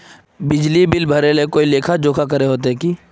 बिजली बिल भरे ले कोई लेखा जोखा करे होते की?